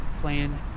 playing